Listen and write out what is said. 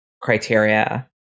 criteria